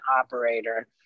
operator